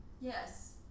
Yes